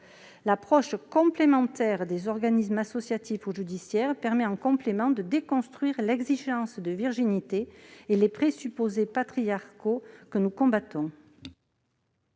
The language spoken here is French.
L'approche complémentaire des organismes associatifs ou judiciaires permet de déconstruire l'exigence de virginité et les présupposés patriarcaux que nous combattons.